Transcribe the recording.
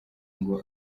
ngo